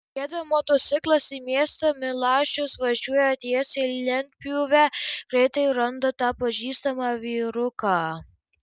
rieda motociklas į miestą milašius važiuoja tiesiai į lentpjūvę greitai randa tą pažįstamą vyruką